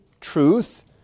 truth